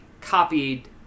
copied